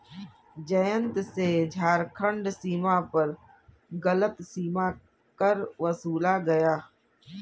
जयंत से झारखंड सीमा पर गलत सीमा कर वसूला गया